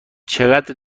چقدر